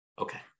Okay